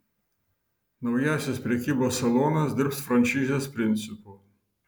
naujasis prekybos salonas dirbs franšizės principu